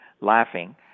laughing